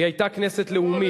היא היתה כנסת לאומית,